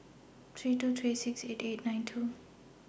three two three six eight eight nine two